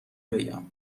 بگم